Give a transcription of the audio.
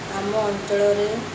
ଆମ ଅଞ୍ଚଳରେ